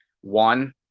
One